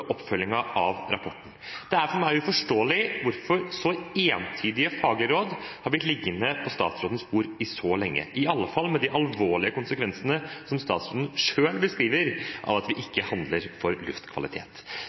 oppfølgingen av rapporten. Det er for meg uforståelig hvorfor så entydige faglige råd har blitt liggende på statsrådens bord så lenge – i alle fall med de alvorlige konsekvensene, som statsråden selv beskriver, av at vi ikke gjør noe for